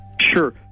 Sure